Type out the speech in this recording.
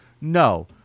No